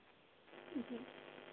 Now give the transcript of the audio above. जी